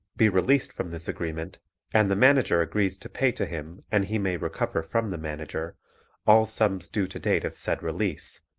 be released from this agreement and the manager agrees to pay to him and he may recover from the manager all sums due to date of said release,